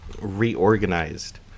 reorganized